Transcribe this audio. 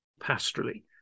pastorally